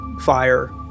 fire